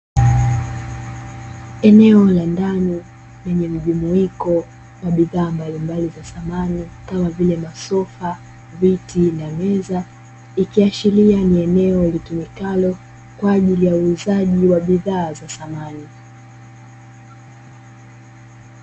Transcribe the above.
Eneo la ndani lenye mjumuiko wa bidhaa mbalimbali za samani kama vile masofa, viti na meza ikiashiria ni eneo litumikalo kwa ajili ya uuzaji wa bidhaa za samani.